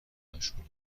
مشغول